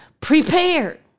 prepared